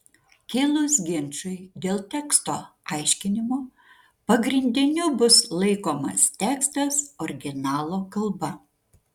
kilus ginčui dėl teksto aiškinimo pagrindiniu bus laikomas tekstas originalo kalba